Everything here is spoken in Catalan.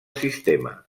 sistema